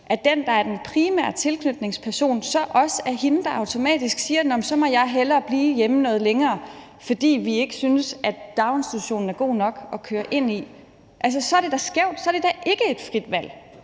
er den, der er den primære tilknytningsperson, så er det også hende, der pr. automatik siger: Så må jeg hellere blive hjemme noget længere, fordi vi ikke synes, at daginstitutionen er god nok. Så er det da skævt, så er det da ikke et frit valg.